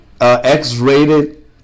X-rated